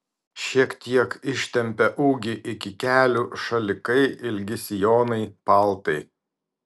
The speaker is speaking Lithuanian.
šiek tiek ištempia ūgį iki kelių šalikai ilgi sijonai paltai